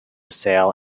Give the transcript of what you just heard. sail